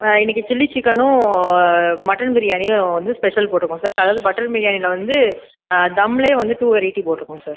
இன்னைக்கு சில்லி சிக்கனும் மட்டன் பிரியாணியும் வந்து ஸ்பெஷல் போட்டுருக்கோம் சார் அதில் மட்டன் பிரியாணியில் வந்து தம்லையே வந்து டூ வெரைட்டி போட்டுருக்கோம் சார்